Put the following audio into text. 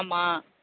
ஆமாம்